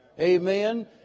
Amen